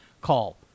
Call